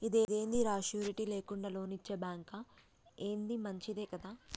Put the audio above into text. ఇదేందిరా, షూరిటీ లేకుండా లోన్లిచ్చే బాంకా, ఏంది మంచిదే గదా